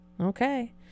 Okay